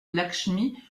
lakshmi